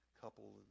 couple